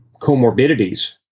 comorbidities